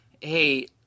Hey